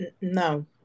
No